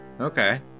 Okay